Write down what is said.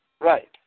right